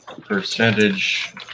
percentage